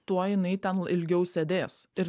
tuo jinai ten ilgiau sėdės ir